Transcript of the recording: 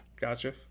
Gotcha